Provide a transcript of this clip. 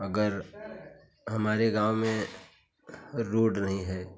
अगर हमारे गाँव में रोड नहीं है